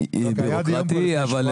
אמרו